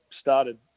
started